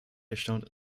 erstaunt